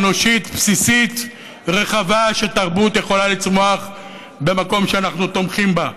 אנושית בסיסית רחבה שתרבות יכולה לצמוח במקום שאנחנו תומכים בה,